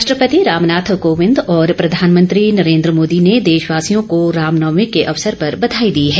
राष्ट्रपति रामनाथ कोविंद और प्रधानमंत्री नरेंद्र मोदी ने देशवासियों को रामनवमी के अवसर पर बधाई दी है